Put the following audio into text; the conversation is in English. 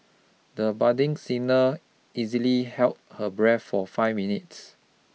the budding singer easily held her breath for five minutes